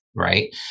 right